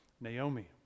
Naomi